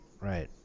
right